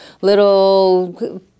little